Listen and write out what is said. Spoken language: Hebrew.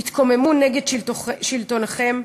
התקוממו נגד שלטונכם,